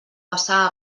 passar